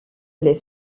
les